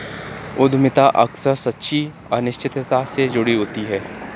उद्यमिता अक्सर सच्ची अनिश्चितता से जुड़ी होती है